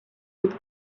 what